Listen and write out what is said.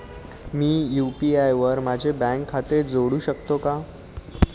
मी UPI वर माझे bank खाते जोडू शकतो का?